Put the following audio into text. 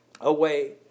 away